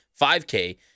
5K